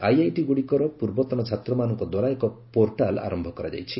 IIT ଗୁଡ଼ିକର ପୂର୍ବତନ ଛାତ୍ରମାନଙ୍କ ଦ୍ୱାରା ଏକ ପୋର୍ଟାଲ ଆରମ୍ଭ କରାଯାଇଛି